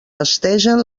festegen